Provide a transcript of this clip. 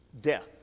Death